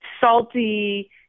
salty